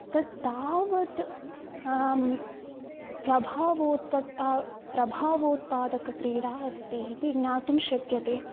तत् तावत् प्रभावोपि प्रभावोत्पादकी क्रीडा अस्ति इति ज्ञातुं शक्यते